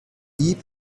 dieb